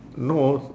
no